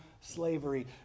slavery